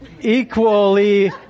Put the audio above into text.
equally